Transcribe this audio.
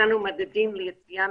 הצענו מדדים ליציאה